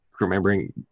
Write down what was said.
remembering